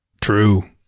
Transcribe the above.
True